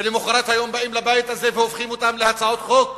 ולמחרת היום באים לבית הזה והופכים אותן להצעות חוק.